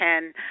ten